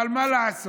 אבל מה לעשות,